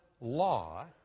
law